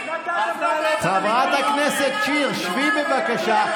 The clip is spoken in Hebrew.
חברת הכנסת שיר, שבי, בבקשה.